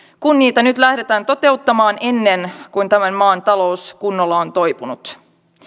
kun niitä nyt lähdetään toteuttamaan ennen kuin tämän maan talous kunnolla on toipunut